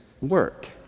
work